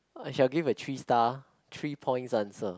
I shall give a three star three points answer